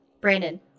Brandon